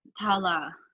tala